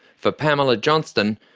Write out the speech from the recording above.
for pamela johnston,